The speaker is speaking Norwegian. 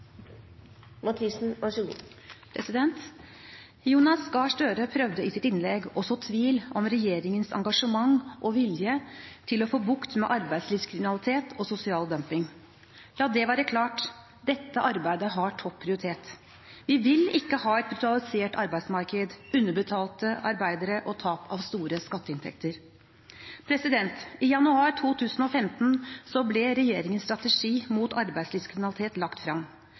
Jonas Gahr Støre prøvde i sitt innlegg å så tvil om regjeringens engasjement og vilje til å få bukt med arbeidslivskriminalitet og sosial dumping. La det være klart: Dette arbeidet har topp prioritet. Vi vil ikke ha et brutalisert arbeidsmarked, underbetalte arbeidere og tap av store skatteinntekter. I januar 2015 ble regjeringens strategi mot arbeidslivskriminalitet lagt